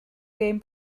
gêm